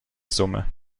summe